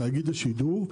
תאגיד השידור,